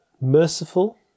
merciful